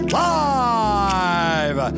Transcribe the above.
live